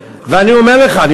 ואני אומר לך, מצמצמים את זה.